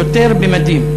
שוטר במדים.